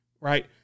Right